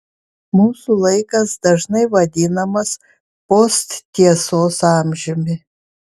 mūsų laikas dažnai vadinamas posttiesos amžiumi